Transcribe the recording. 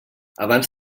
abans